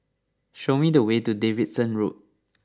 show me the way to Davidson Road